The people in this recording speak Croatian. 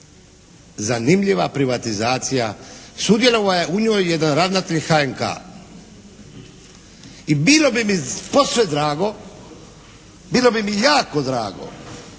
Zanimljiva privatizacija. Sudjelovao je u njoj jedan ravnatelj HNK i bilo bi mi posve drago, bilo bi mi jako drago